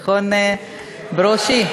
נכון, ברושי?